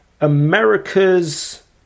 America's